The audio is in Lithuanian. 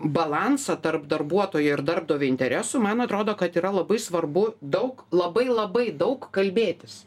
balansą tarp darbuotojo ir darbdavio interesų man atrodo kad yra labai svarbu daug labai labai daug kalbėtis